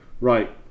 Right